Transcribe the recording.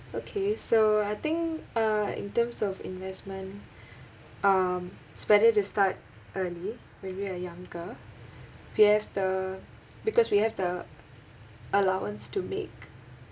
okay so I think uh in terms of investment um is better to start early when we are younger we have the because we have the allowance to make